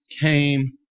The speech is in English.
came